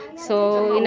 so you know,